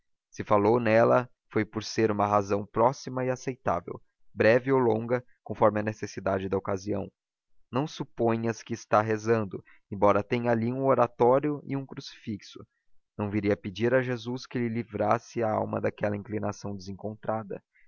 se falou nela foi por ser uma razão próxima e aceitável breve ou longa conforme a necessidade da ocasião não suponhas que está rezando embora tenha ali um oratório e um crucifixo não viria pedir a jesus que lhe livrasse a alma daquela inclinação desencontrada